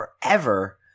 forever